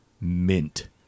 mint